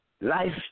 life